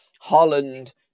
Holland